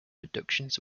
reductions